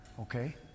Okay